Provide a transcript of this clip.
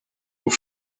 aux